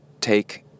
take